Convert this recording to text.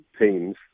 teams